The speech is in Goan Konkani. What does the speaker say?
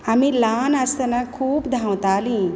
आमी ल्हान आसताना खूब धावतालीं